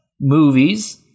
movies